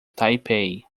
taipei